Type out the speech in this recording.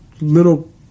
little